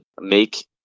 make